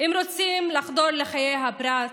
הם רוצים לחדור לחיי הפרט,